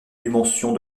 dimension